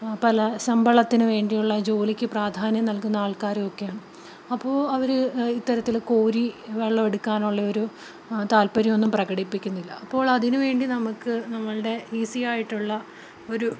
പല ശമ്പളത്തിന് വേണ്ടിയുള്ള ജോലിക്ക് പ്രാധാന്യം നൽകുന്ന ആൾക്കാരുമൊക്കെയാണ് അപ്പോള് അവര് ഇത്തരത്തില് കോരി വെള്ളമെടുക്കാനുള്ള ഒരു താല്പര്യമൊന്നും പ്രകടിപ്പിക്കുന്നില്ല അപ്പോൾ അതിനുവേണ്ടി നമുക്ക് നമ്മുടെ ഈസിയായിട്ടുള്ളൊരു